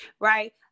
right